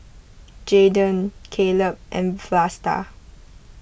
Jaydon Caleb and Vlasta